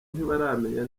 ntibaramenya